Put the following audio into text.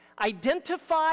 identify